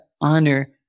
honor